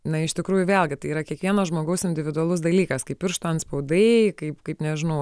na iš tikrųjų vėlgi tai yra kiekvieno žmogaus individualus dalykas kaip pirštų atspaudai kaip kaip nežinau